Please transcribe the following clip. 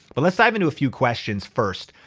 but let's dive into a few questions first.